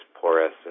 porous